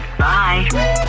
bye